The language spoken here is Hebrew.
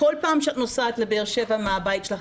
כל פעם שאת נוסעת לבאר שבע מהבית שלך.